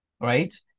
right